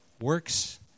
works